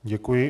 Děkuji.